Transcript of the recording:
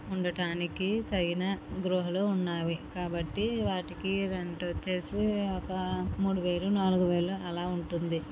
ఉండటానికి తగిన గృహాలు ఉన్నవి కాబట్టి వాటికీ రెంట్ వచ్చేసి ఒక మూడు వేలు నాలుగు వేలు అలా ఉంటుంది